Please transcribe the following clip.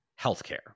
healthcare